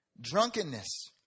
Drunkenness